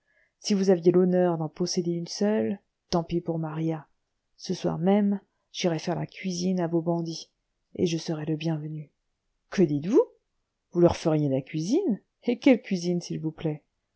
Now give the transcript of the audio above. si vous aviez l'honneur d'en posséder une seule tant pis pour maria ce soir même j'irais faire la cuisine à vos bandits et je serais le bien venu que dites-vous vous leur feriez la cuisine et quelle cuisine s'il vous plaît